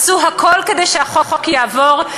עשו הכול כדי שהחוק יעבור.